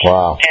Wow